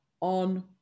on